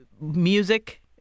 music